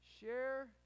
Share